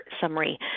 summary